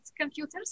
computers